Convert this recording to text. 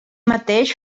mateix